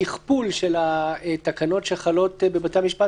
השכפול של התקנות שחלות בבתי המשפט